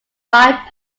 five